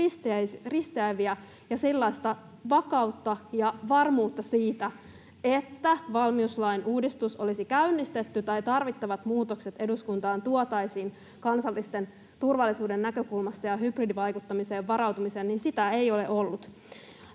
sellaista vakautta ja varmuutta siitä, että valmiuslain uudistus olisi käynnistetty tai tarvittavat muutokset kansallisen turvallisuuden näkökulmasta ja hybridivaikuttamiseen varautumisesta eduskuntaan tuotaisiin, ei ole ollut.